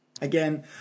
Again